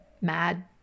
mad